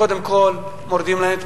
קודם כול מורידים להם את